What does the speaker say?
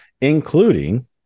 including